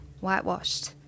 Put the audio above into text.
whitewashed